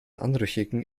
anrüchigen